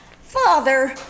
Father